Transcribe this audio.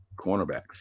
cornerbacks